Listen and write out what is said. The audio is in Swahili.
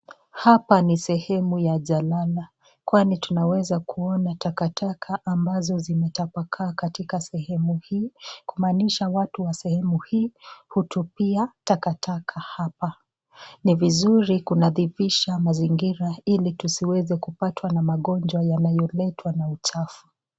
Hapa ni sehemu ya jalala kwani tunaweza kuona takataka ambazo zimetapakaa katika sehemu hii, kumaanisha watu wa sehemu hii hutupia takataka hapa. Ni vizuri kunadhifisha mazingira ili tusiweze kupatwa na magonjwa yanayoletwa na uchafu.